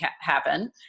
happen